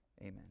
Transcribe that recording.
Amen